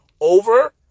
over